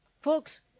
Folks